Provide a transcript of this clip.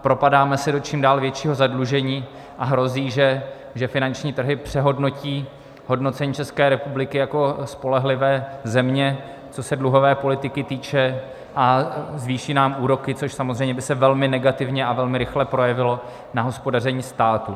Propadáme se do čím dál většího zadlužení a hrozí, že finanční trhy přehodnotí hodnocení České republiky jako spolehlivé země, co se dluhové politiky týče, a zvýší nám úroky, což by se samozřejmě velmi negativně a velmi rychle projevilo na hospodaření státu.